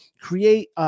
create